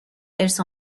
ارث